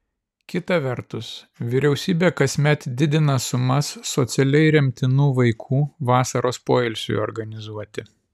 kita vertus vyriausybė kasmet didina sumas socialiai remtinų vaikų vasaros poilsiui organizuoti